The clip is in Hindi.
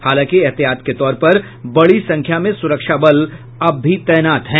हालांकि एहतियात के तौर पर बड़ी संख्या में सुरक्षा बल अब भी तैनात हैं